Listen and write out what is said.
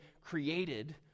created